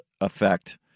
effect